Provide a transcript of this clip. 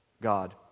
God